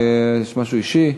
יש משהו אישי?